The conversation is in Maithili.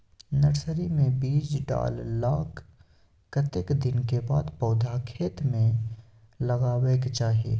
नर्सरी मे बीज डाललाक कतेक दिन के बाद पौधा खेत मे लगाबैक चाही?